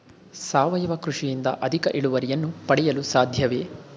ಸಾವಯವ ಕೃಷಿಯಿಂದ ಅಧಿಕ ಇಳುವರಿಯನ್ನು ಪಡೆಯಲು ಸಾಧ್ಯವೇ?